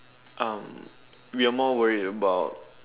um we are more worried about